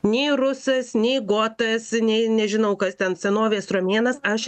nei rusas nei gotas nei nežinau kas ten senovės romėnas aš